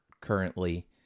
currently